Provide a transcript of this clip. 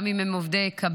גם אם הם עובדי קבלן,